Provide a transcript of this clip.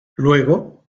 luego